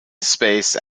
space